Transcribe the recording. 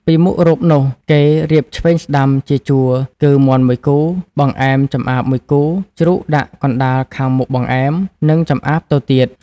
ពីមុខរូបនោះ គេ រៀបឆ្វេង-ស្តាំជាជួរ គឺ មាន់ ១គូ បង្អែម ចម្អាប ១គូ ជ្រូកដាក់កណ្តាលខាងមុខបង្អែម និងចម្អាបទៅទៀត ។